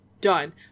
Done